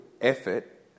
effort